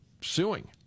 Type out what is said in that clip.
suing